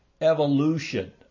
evolution